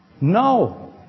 No